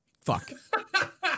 Fuck